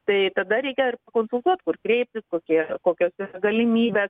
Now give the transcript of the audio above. tai tada reikia ir pakonsultuot kur kreiptis kokie kokios yra galimybės